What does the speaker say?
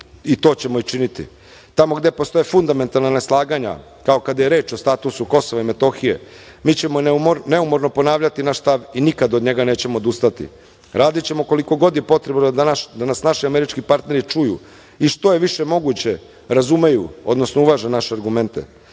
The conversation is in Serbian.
i to ćemo i činiti. Tamo gde postoje fundamentalna neslaganja, kao kada je reč o statusu Kosova i Metohije, mi ćemo neumorno ponavljati naš stav i nikada od njega nećemo odustati. Radićemo koliko god je potrebno da nas naši američki partneri čuju i što je više moguće razumeju, odnosno uvaže naše argumente